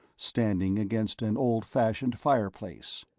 standing against an old-fashioned fireplace.